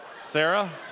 Sarah